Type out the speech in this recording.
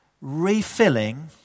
refilling